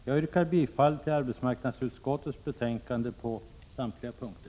Jag yrkar bifall till hemställan i arbetsmarknadsutskottets betänkande på samtliga punkter.